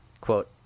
quote